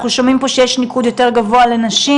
אנחנו שומעים שיש ניקוד יותר גבוה לנשים.